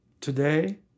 today